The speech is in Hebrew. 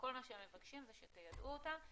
כל מה שהם מבקשים זה שתיידעו אותם.